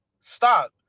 Stop